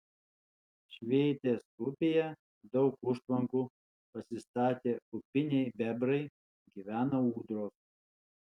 švėtės upėje daug užtvankų pasistatę upiniai bebrai gyvena ūdros